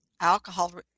alcohol